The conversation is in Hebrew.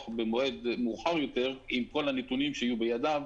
במועד מאוחר יותר עם כל הנתונים שיהיו בידיו,